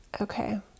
Okay